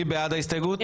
מי בעד ההסתייגות?